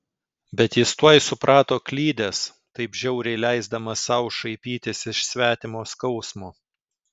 bet jis tuoj suprato klydęs taip žiauriai leisdamas sau šaipytis iš svetimo skausmo